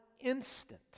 instant